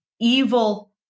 evil